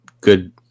good